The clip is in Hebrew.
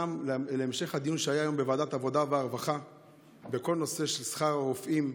להמשך הדיון שהיה היום בוועדת העבודה והרווחה בכל נושא שכר הרופאים.